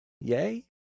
yay